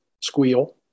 squeal